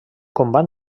combat